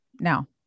now